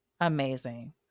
amazing